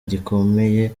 gikomeye